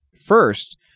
first